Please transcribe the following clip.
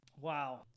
Wow